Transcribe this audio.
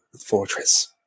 fortress